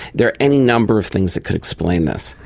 there are any number of things that could explain this.